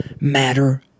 matter